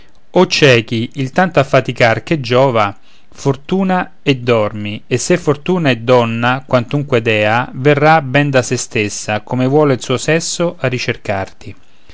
o ciechi il tanto affaticar che giova fortuna e dormi e se fortuna è donna quantunque dea verrà ben da se stessa come vuole il suo sesso a ricercarti